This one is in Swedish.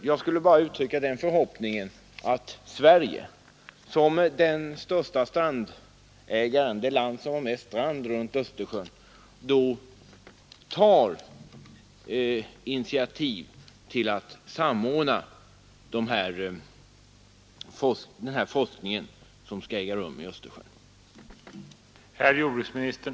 Jag skulle vilja uttrycka den förhoppningen att Sverige, som är det land som har mest strand runt Östersjön, tar initiativ till att samordna den forskning som skall äga rum i Östersjön.